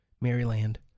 Maryland